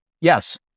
yes